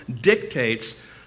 dictates